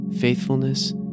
faithfulness